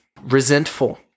Resentful